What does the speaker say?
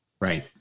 right